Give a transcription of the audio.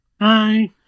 hi